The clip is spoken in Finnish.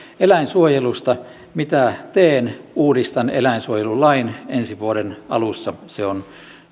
eläinsuojelusta mitä teen uudistan eläinsuojelulain ensi vuoden alussa se on